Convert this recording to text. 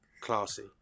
classy